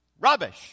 Rubbish